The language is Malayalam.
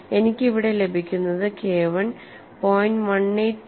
എനിക്ക് ഇവിടെ ലഭിക്കുന്നത് KI 0